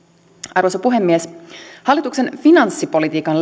arvoisa puhemies hallituksen finanssipolitiikan